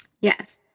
Yes